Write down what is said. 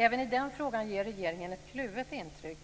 Även i den frågan ger regeringen ett kluvet intryck,